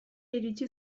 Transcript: iritsi